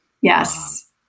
Yes